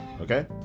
okay